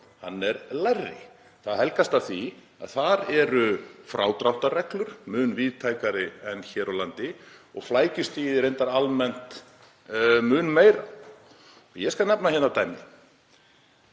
hann er lægri. Það helgast af því að þar eru frádráttarreglur mun víðtækari en hér á landi og flækjustigið reyndar almennt mun meira. Ég skal nefna dæmi.